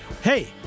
Hey